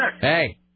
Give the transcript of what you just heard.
Hey